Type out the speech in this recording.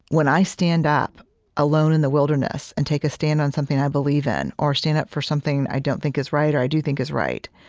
when i stand up alone in the wilderness and take a stand on something i believe in, or stand up for something i don't think is right or i do think is right,